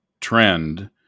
trend